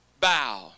bow